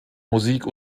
musik